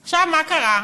עכשיו, מה קרה?